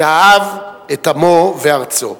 שאהב את עמו וארצו.